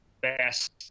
best